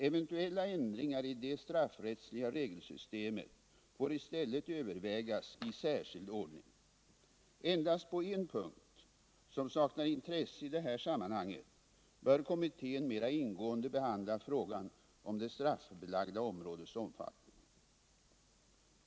Eventuella ändringar i det straffrättsliga regelsystemet får i stället övervägas i särskild ordning. Endast på en punkt, som saknar intresse i det här sammanhanget, bör kommittén mera ingående behandla frågan om det straffbelagda områdets omfattning.